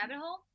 hole